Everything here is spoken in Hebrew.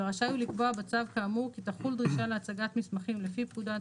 ורשאי הוא לקבוע בצו כאמור כי תחול דרישה להצגת מסמכים לפי פקודת